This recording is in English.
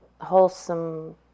wholesome